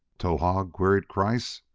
towahg? queried kreiss.